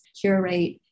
curate